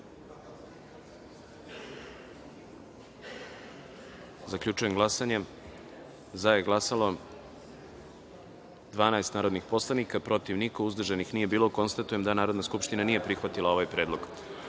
predlog. Zaključujem glasanje: za je glasalo – 12 narodnih poslanika, protiv – niko, uzdržanih – nije bilo. Konstatujem da Narodna skupština nije prihvatila ovaj predlog. Narodni